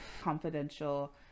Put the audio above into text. confidential